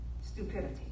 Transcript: stupidity